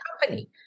company